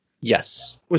Yes